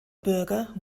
bürger